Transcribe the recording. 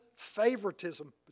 favoritism